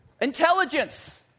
intelligence